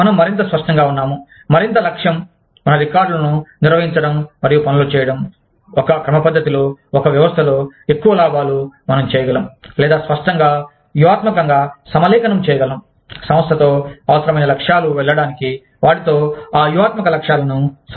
మనం మరింత స్పష్టంగా ఉన్నాము మరింత లక్ష్యం మన రికార్డులను నిర్వహించడం మరియు పనులు చేయడం ఒక క్రమపద్ధతిలో ఒక వ్యవస్థలో ఎక్కువ లాభాలు మనం చేయగలము లేదా స్పష్టంగా వ్యూహాత్మకంగా సమలేఖనం చేయగలము సంస్థతో అవసరమైన లక్ష్యాలు వెళ్ళడానికి వాటితో ఆ వ్యూహాత్మక లక్ష్యాలను సాధించడం